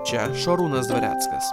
čia šarūnas dvareckas